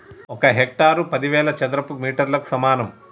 ఒక హెక్టారు పదివేల చదరపు మీటర్లకు సమానం